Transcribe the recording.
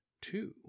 two